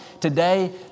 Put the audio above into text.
Today